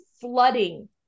flooding